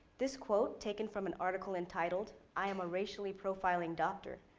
this quote taken from an article entitled, i am a racially profiling doctor,